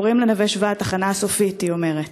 קוראים ל"נווה-שבא" "התחנה הסופית", היא אומרת.